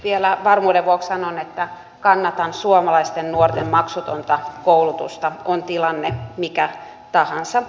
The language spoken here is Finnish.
vielä varmuuden vuoksi sanon että kannatan suomalaisten nuorten maksutonta koulutusta on tilanne mikä tahansa